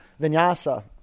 vinyasa